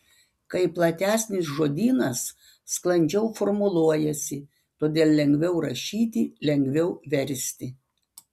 kai platesnis žodynas sklandžiau formuluojasi todėl lengviau rašyti lengviau versti